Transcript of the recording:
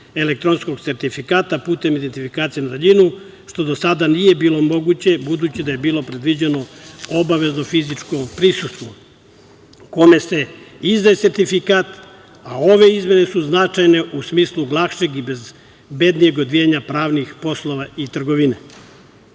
elektronskog sertifikata putem identifikacije na daljinu, što do sada nije bilo moguće, budući da je bilo predviđeno obavezno fizičko prisustvo, kome se izdaje sertifikat. Ove izmene su značajne u smislu lakšeg i bezbednijeg odvijanja pravnih poslova i trgovine. Predlog